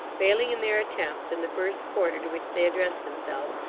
failing in their attempts, in the first quarter to which they addressed themselves,